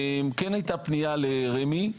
כן הייתה פנייה לרמ"י.